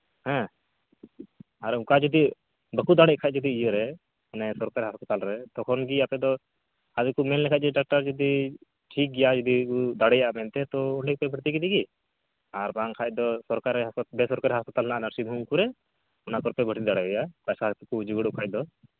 ᱟᱨ ᱚᱱᱠᱟ ᱡᱩᱫᱤ ᱵᱟᱠᱚ ᱫᱟᱲᱮᱭᱟᱜ ᱠᱷᱟᱡ ᱡᱩᱫᱤ ᱤᱭᱟᱹᱨᱮ ᱢᱟᱱᱮ ᱥᱚᱨᱠᱟᱨᱤ ᱦᱟᱸᱥᱯᱟᱛᱟᱞ ᱨᱮ ᱛᱚᱠᱷᱚᱱ ᱜᱤ ᱟᱯᱮ ᱫᱚ ᱟᱫᱚ ᱠᱚ ᱢᱮᱱ ᱞᱮᱠᱷᱟᱡ ᱜᱮ ᱰᱟᱠᱴᱚᱨ ᱡᱩᱫᱤ ᱴᱷᱤᱠ ᱜᱮᱭᱟᱭ ᱡᱩᱫᱤ ᱫᱟᱲᱭᱟᱜᱼᱟᱭ ᱢᱮᱱᱛᱮ ᱛᱚ ᱚᱸᱰᱮ ᱯᱮ ᱵᱷᱩᱨᱛᱤ ᱠᱮᱫᱮ ᱜᱮ ᱟᱨ ᱵᱟᱝᱠᱷᱟᱡ ᱫᱚ ᱥᱚᱨᱠᱟᱨᱤ ᱦᱟᱸᱥᱯᱟᱛᱟᱞ ᱵᱮᱼᱥᱚᱨᱠᱟᱨᱤ ᱦᱟᱸᱥᱯᱟᱛᱟᱞ ᱦᱮᱱᱟᱜᱼᱟ ᱱᱟᱨᱥᱤᱝ ᱦᱳᱢ ᱠᱚᱨᱮ ᱚᱱᱟ ᱠᱚᱨᱮᱯᱮ ᱵᱷᱩᱨᱛᱤ ᱫᱟᱲᱮᱣᱟᱭᱟ ᱯᱚᱭᱥᱟ ᱠᱚᱲᱤ ᱵᱟᱹᱱᱩᱜ ᱠᱷᱟᱡ ᱫᱚ